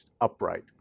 upright